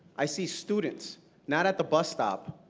i see students not at the bus stop,